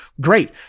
Great